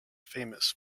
famous